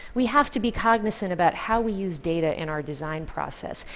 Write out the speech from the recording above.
we have to be cognizant about how we use data in our design process,